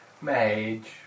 mage